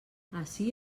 ací